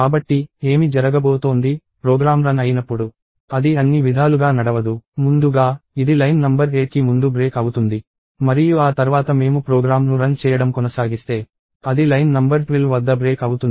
కాబట్టి ఏమి జరగబోతోంది ప్రోగ్రామ్ రన్ అయినప్పుడు అది అన్ని విధాలుగా నడవదు ముందుగా ఇది లైన్ నంబర్ 8కి ముందు బ్రేక్ అవుతుంది మరియు ఆ తర్వాత మేము ప్రోగ్రామ్ను రన్ చేయడం కొనసాగిస్తే అది లైన్ నంబర్ 12 వద్ద బ్రేక్ అవుతుంది